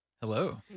Hello